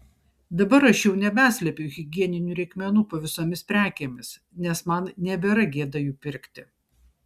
dabar aš jau nebeslepiu higieninių reikmenų po visomis prekėmis nes man nebėra gėda jų pirkti